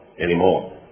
anymore